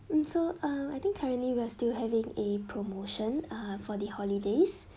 hmm so uh I think currently we are still having a promotion uh for the holidays